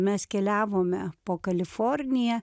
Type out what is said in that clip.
mes keliavome po kaliforniją